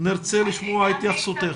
נרצה לשמוע התייחסותך.